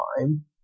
time